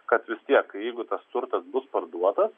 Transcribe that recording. kad vis tiek jeigu tas turtas bus parduotas